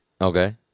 Okay